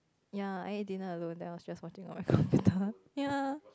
ya I ate dinner alone then I was just watching on my computer ya